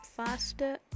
faster